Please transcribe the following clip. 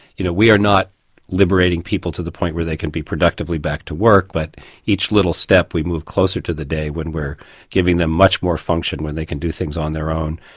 you know we are not liberating people to the point where they can be productively back to work but each little step we move closer to the day when we're giving them much more function when they can do things on their own.